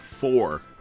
four